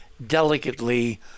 delicately